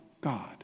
God